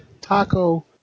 Taco